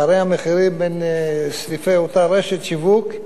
פערי המחירים בין סניפי אותה רשת שיווק,